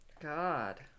God